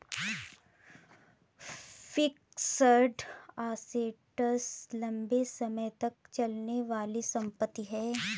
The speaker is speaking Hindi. फिक्स्ड असेट्स लंबे समय तक चलने वाली संपत्ति है